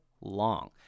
long